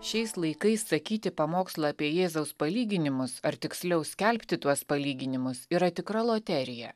šiais laikais sakyti pamokslą apie jėzaus palyginimus ar tiksliau skelbti tuos palyginimus yra tikra loterija